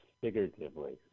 figuratively